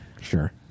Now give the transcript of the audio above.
Sure